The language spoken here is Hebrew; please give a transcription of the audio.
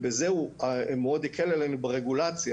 ובזה הוא מאוד הקל עלינו ברגולציה.